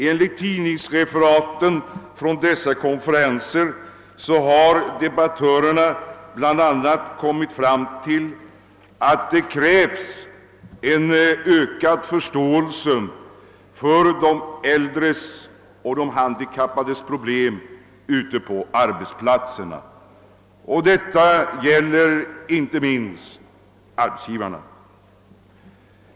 Enligt tidningsreferaten från dessa konferenser har debattörerna kommit fram till att det inte minst hos arbetsgivarna krävs en ökad förståelse för de äldres och de handikappades problem ute på arbetsplatserna.